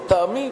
לטעמי,